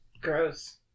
Gross